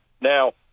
Now